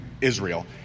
israel